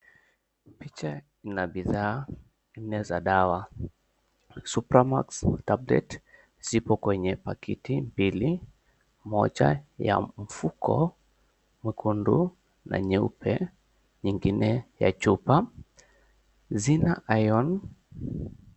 Picha ina bidhaa nne za dawa. Supramax tablet zipo kwenye paketi mbili, moja ya mfuko mwekundu na nyeupe, nyingine ya chupa. Zina iron .